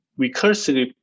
recursively